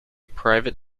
private